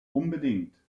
unbedingt